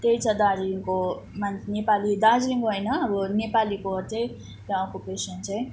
त्यही छ दार्जिलिङको मान नेपाली दार्जिलिङ होइन अब नेपालीको चाहिँ अक्कुपेसन चाहिँ